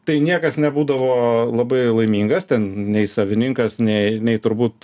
tai niekas nebūdavo labai laimingas ten nei savininkas nei nei turbūt